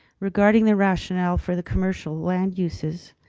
regarding the rational for the commercial land uses,